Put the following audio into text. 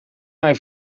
mij